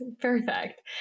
Perfect